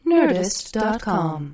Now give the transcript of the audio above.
Nerdist.com